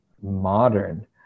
modern